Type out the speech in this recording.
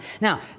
Now